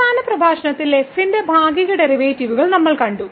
അവസാന പ്രഭാഷണത്തിൽ f ന്റെ ഭാഗിക ഡെറിവേറ്റീവുകൾ നമ്മൾ കണ്ടു